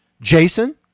jason